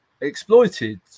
exploited